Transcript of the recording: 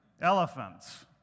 elephants